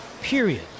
period